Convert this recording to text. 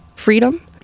freedom